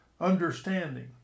understanding